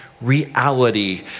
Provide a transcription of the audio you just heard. reality